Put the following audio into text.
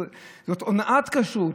זאת הונאת כשרות.